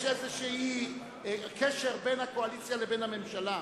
יש איזה קשר בין הקואליציה לבין הממשלה.